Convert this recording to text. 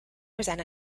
present